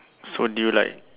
so did you like